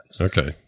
Okay